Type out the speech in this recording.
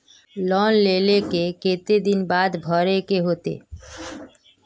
Loan लेल के केते दिन बाद भरे के होते?